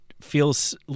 feels